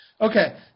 Okay